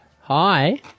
Hi